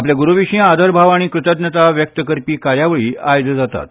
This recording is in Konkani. आपल्या गुरू विशी आदरभाव आनी कृतज्ञता व्यक्त करपी कार्यावळी आयज जातात